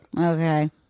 Okay